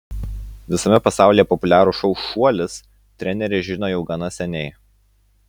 visame pasaulyje populiarų šou šuolis trenerė žino jau gana seniai